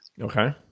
Okay